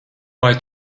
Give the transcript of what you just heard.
vai